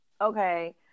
okay